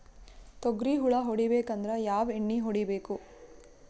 ತೊಗ್ರಿ ಹುಳ ಹೊಡಿಬೇಕಂದ್ರ ಯಾವ್ ಎಣ್ಣಿ ಹೊಡಿಬೇಕು?